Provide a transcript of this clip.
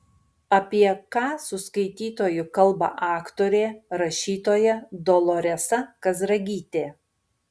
apie ką su skaitytoju kalba aktorė rašytoja doloresa kazragytė